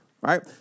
right